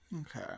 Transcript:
Okay